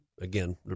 again